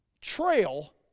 trail